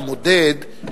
שהמדד,